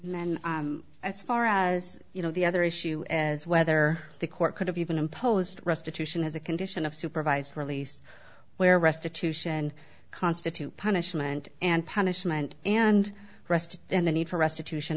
then as far as you know the other issue as whether the court could have even imposed restitution as a condition of supervised release where restitution constitute punishment and punishment and rest and the need for restitution